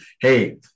hey